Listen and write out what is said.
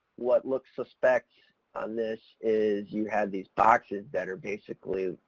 what looks suspect on this is you have these boxes that are basically,